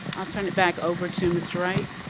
i'll turn it back over to mr. wright.